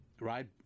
right